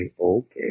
okay